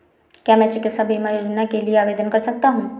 क्या मैं चिकित्सा बीमा योजना के लिए आवेदन कर सकता हूँ?